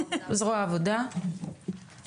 מזרועה העבודה את רשות הדיבור.